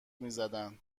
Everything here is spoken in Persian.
میزدن